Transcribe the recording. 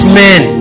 men